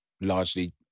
largely